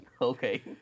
okay